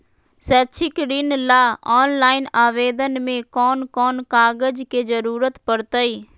शैक्षिक ऋण ला ऑनलाइन आवेदन में कौन कौन कागज के ज़रूरत पड़तई?